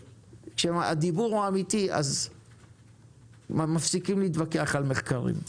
כשהדיבור הוא אמיתי אז מפסיקים להתווכח על מחקרים.